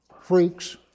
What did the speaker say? freaks